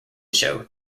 shows